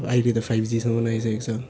अहिले त फाइभ जीसम्म आइसकेको छ